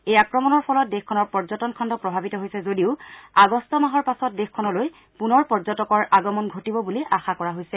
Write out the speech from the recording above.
এই আক্ৰমণৰ ফলত দেশখনৰ পৰ্যটন খণ্ড প্ৰভাৱিত হৈছে যদিও আগষ্ট মাহৰ পাছত দেশখনলৈ পুনৰ পৰ্যটকৰ আগমন ঘটিব বুলি আশা কৰা হৈছে